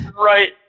right